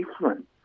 different